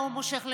ההוא מושך לשם,